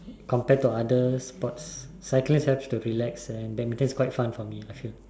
compared to other sports cycling helps to relax and badminton's quite fun for me I feel